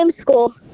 school